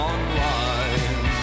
Online